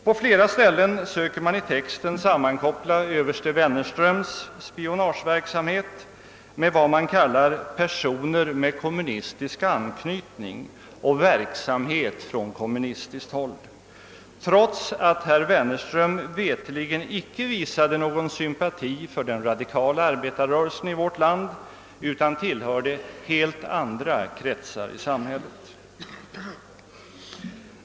På flera ställen söker man i texten sammankoppla överste Wennerströms spionageverksamhet med vad man kallar »personer med kommunistisk . anknytning» och »verksamhet från kommunistiskt håll», trots att Wennerström veterligen inte visade någon sympati för den radikala arbetarrörelsen i vårt land utan tillhörde helt andra kretsar i samhället.